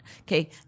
Okay